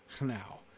now